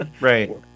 Right